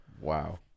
wow